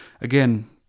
Again